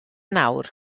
nawr